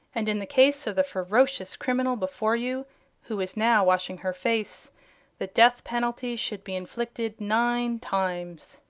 and in the case of the ferocious criminal before you who is now washing her face the death penalty should be inflicted nine times.